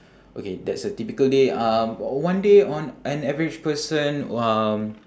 okay that's a typical day um one day on an average person um